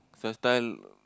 first time